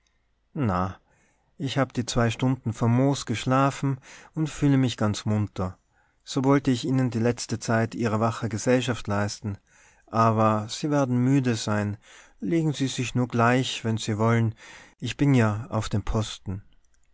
na ich habe die zwei stunden famos geschlafen und fühle mich ganz munter so wollte ich ihnen die letzte zeit ihrer wache gesellschaft leisten aber sie werden müde sein legen sie sich nur gleich wenn sie wollen ich bin ja auf dem posten